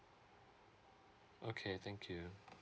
okay thank you